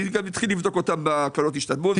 אני אתחיל לבדוק אותם גם בקרנות השתלמות.